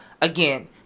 again